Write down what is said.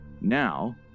Now